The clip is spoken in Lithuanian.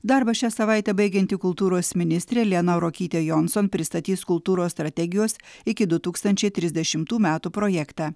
darbą šią savaitę baigianti kultūros ministrė liana ruokytė jonson pristatys kultūros strategijos iki du tūkstančiai trisdešimtų metų projektą